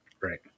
Right